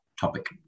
topic